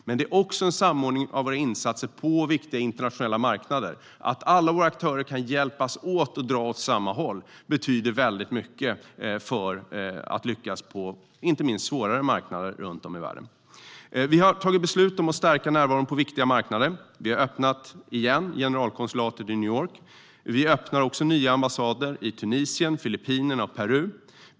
Det är även en samordning av våra insatser på viktiga internationella marknader. Att alla våra aktörer kan hjälpas åt och dra åt samma håll betyder mycket för att vi ska lyckas inte minst på svårare marknader runt om i världen. Vi har tagit beslut om att stärka närvaron på viktiga marknader. Vi har öppnat generalkonsulatet i New York igen, och vi öppnar nya ambassader i Tunisien, Filippinerna och Peru.